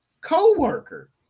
co-worker